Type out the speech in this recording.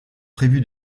prévu